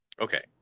Okay